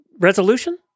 Resolution